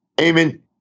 Amen